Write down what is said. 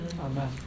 Amen